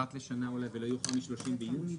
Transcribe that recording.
אחת לשנה ולא יאוחר מה-30 ביוני?